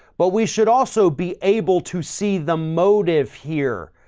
but we should also be able to see the motive here,